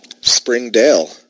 Springdale